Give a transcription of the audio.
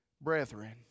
Brethren